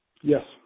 Yes